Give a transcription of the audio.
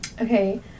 okay